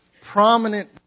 prominent